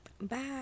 Bye